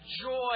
joy